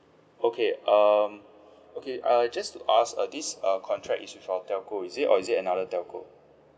okay um okay uh just to ask uh this uh contract is with our telco is it or is it another telco